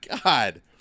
God